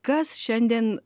kas šiandien